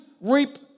reap